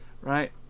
Right